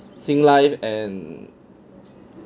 Singlife and